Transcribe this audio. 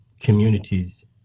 communities